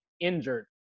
injured